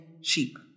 sheep